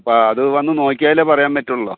അപ്പോൾ അത് വന്ന് നോക്കിയാലേ പറയാൻ പറ്റുകയുള്ളു